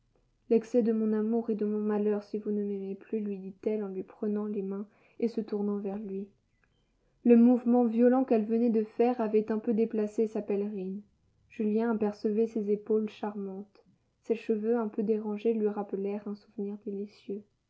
l'excès de mon amour et de mon malheur si vous ne m'aimez plus lui dit-elle en lui prenant les mains et se tournant vers lui le mouvement violent qu'elle venait de faire avait un peu déplacé sa pèlerine julien apercevait ses épaules charmantes ses cheveux un peu dérangés lui rappelèrent un souvenir délicieux